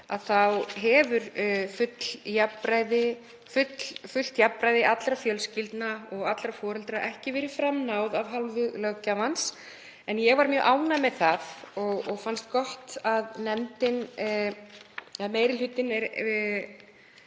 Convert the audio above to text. máls hefur fullu jafnræði allra fjölskyldna og allra foreldra ekki verið náð fram af hálfu löggjafans. En ég var mjög ánægð með það og fannst gott að meiri hlutinn,